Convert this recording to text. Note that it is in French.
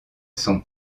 son